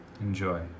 enjoy